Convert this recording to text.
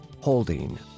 holding